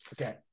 Okay